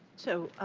so,